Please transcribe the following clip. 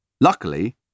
Luckily